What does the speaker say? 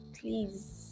please